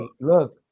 look